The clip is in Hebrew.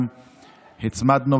הצמדנו,